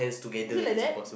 is it like that